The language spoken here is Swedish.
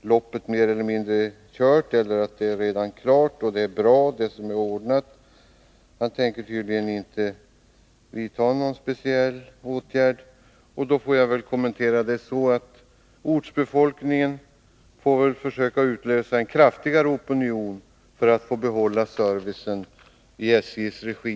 loppet mer eller mindre är kört, att det hela är klart och att det som är ordnat är bra. Kommunikationsministern tänker tydligen inte vidta någon speciell åtgärd. Jag får väl kommentera detta med att ortsbefolkningen får försöka utlösa en kraftigare opinion för att få behålla servicen i SJ:s regi.